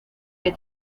que